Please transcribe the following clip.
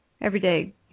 everyday